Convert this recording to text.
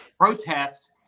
Protest